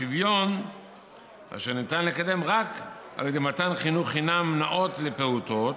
שוויון אשר ניתן לקדם רק על ידי מתן חינוך חינם נאות לפעוטות."